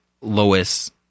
Lois